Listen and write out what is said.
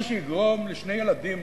מה שיגרום לשני ילדים